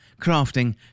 crafting